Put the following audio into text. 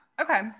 Okay